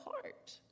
heart